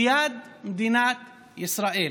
ליד מדינת ישראל.